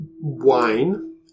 wine